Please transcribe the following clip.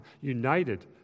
united